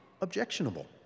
objectionable